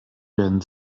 werden